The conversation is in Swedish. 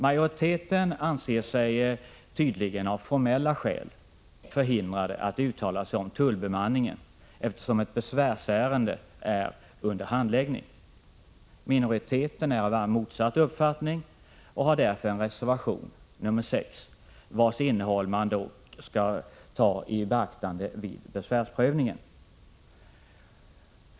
Majoriteten anser sig tydligen av formella skäl förhindrad att uttala sig om tullbemanningen, eftersom ett besvärsärende är under handläggning. Minoriteten är av motsatt uppfattning och har därför en reservation, nr 6, vars innehåll man vill skall beaktas vid besvärsprövningen.